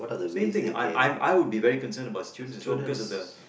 same thing I would be very concern about students as well because of the